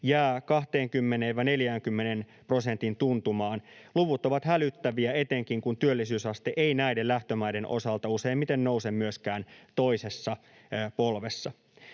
jää 20—40 prosentin tuntumaan. Luvut ovat hälyttäviä, etenkin kun työllisyysaste ei näiden lähtömaiden osalta useimmiten nouse myöskään toisessa polvessa.